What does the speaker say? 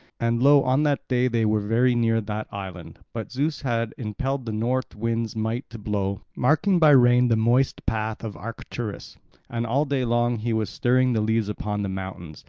and lo, on that day they were very near that island. but zeus had impelled the north wind's might to blow, marking by rain the moist path of arcturus and all day long he was stirring the leaves upon the mountains,